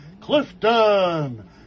Clifton